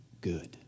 good